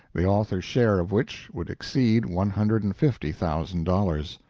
the author's share of which would exceed one hundred and fifty thousand dollars.